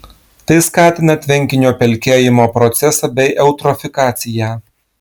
tai skatina tvenkinio pelkėjimo procesą bei eutrofikaciją